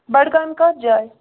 بڈگامہِ کَتھ جایہِ